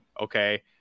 Okay